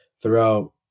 throughout